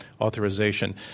authorization